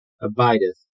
abideth